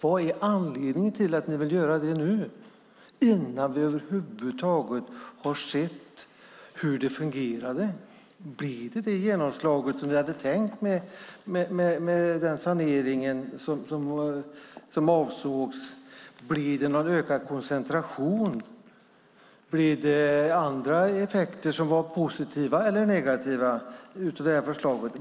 Vad är anledningen till att ni vill göra det nu innan vi över huvud taget har sett hur det fungerar? Blir det det genomslag som vi hade tänkt med den sanering som avsågs? Blir det någon ökad koncentration? Blir det andra effekter som är positiva eller negativa av förslaget?